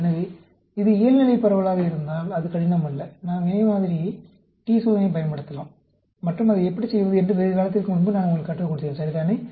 எனவே இது இயல்நிலை பரவலாக இருந்தால் அது கடினம் அல்ல நாம் இணை மாதிரி t சோதனையைப் பயன்படுத்தலாம் மற்றும் அதை எப்படி செய்வது என்று வெகு காலத்திற்கு முன்பு நான் உங்களுக்குக் கற்றுக் கொடுத்தேன் சரிதானே